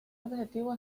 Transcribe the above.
objetivo